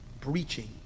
Breaching